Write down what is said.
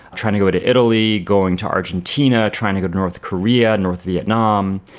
trying to go to italy, going to argentina, trying to go to north korea, north vietnam.